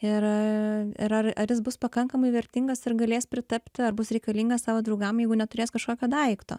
ir ir ar ar jis bus pakankamai vertingas ir galės pritapti ar bus reikalingas savo draugam jeigu neturės kažkokio daikto